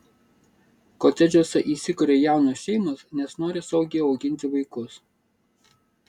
kotedžuose įsikuria jaunos šeimos nes nori saugiai auginti vaikus